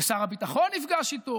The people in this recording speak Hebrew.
ושר הביטחון נפגש איתו